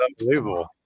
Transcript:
Unbelievable